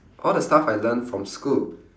all the stuff I learnt from school